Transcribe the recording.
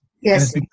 Yes